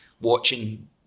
watching